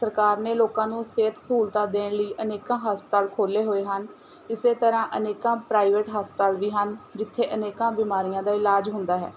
ਸਰਕਾਰ ਨੇ ਲੋਕਾਂ ਨੂੰ ਸਿਹਤ ਸਹੂਲਤਾਂ ਦੇਣ ਲਈ ਅਨੇਕਾਂ ਹਸਪਤਾਲ ਖੋਲ੍ਹੇ ਹੋਏ ਹਨ ਇਸੇ ਤਰ੍ਹਾਂ ਅਨੇਕਾਂ ਪ੍ਰਾਈਵੇਟ ਹਸਪਤਾਲ ਵੀ ਹਨ ਜਿੱਥੇ ਅਨੇਕਾਂ ਬਿਮਾਰੀਆਂ ਦਾ ਇਲਾਜ ਹੁੰਦਾ ਹੈ